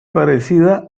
parecida